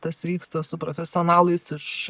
tas vyksta su profesionalais iš